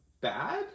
bad